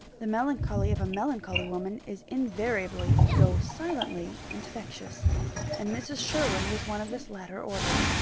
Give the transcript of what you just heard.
the melancholy of a melancholy woman is invariably, though silently, infectious and mrs. sherwin was one of this latter order.